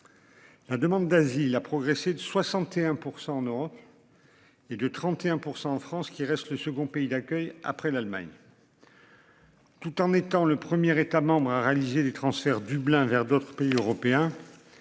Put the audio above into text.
La demande d'asile a progressé de 61% en Europe. Et de 31% en France, qui reste le second pays d'accueil après l'Allemagne. Tout en étant le premier États à réaliser des transferts. Dublin vers d'autres pays européens.